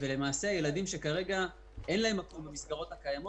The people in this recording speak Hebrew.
כדי שילדים שכרגע אין להם מקום במסגרות הקיימות